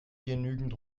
genügend